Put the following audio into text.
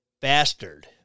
bastard